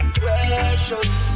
precious